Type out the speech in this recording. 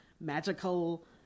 magical